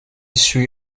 suit